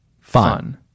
Fun